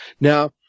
Now